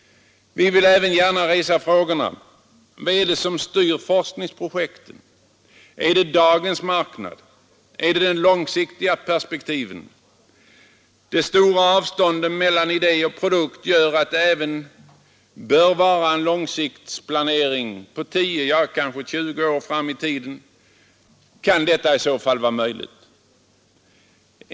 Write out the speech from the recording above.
Vi vill även gärna resa frågorna: Vad är det som styr forskningsprojekten? Är det dagens marknad? Är det långsiktiga perspektiv? Det stora avståndet mellan idé och produkt gör att det även bör finnas en långsiktsplanering 10 kanske 20 år fram i tiden. Är detta i så fall möjligt?